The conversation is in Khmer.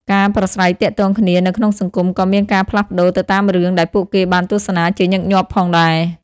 ការប្រាស្រ័យទាក់ទងគ្នានៅក្នុងសង្គមក៏មានការផ្លាស់ប្តូរទៅតាមរឿងដែលពួកគេបានទស្សនាជាញឹកញាប់ផងដែរ។